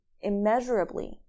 immeasurably